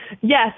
Yes